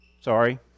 sorry